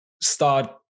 start